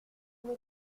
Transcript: n’ai